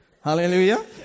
Hallelujah